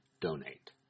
donate